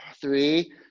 three